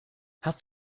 hast